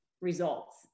results